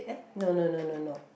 eh no no no no no